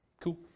Cool